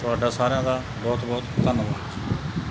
ਤੁਹਾਡਾ ਸਾਰਿਆਂ ਦਾ ਬਹੁਤ ਬਹੁਤ ਧੰਨਵਾਦ ਜੀ